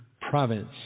province